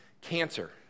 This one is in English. cancer